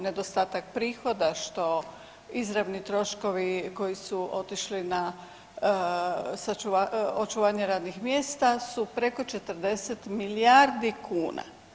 Nedostatak prihoda, što izravni troškovi koji su otišli na očuvanje radnih mjesta su preko 40 milijardi kuna.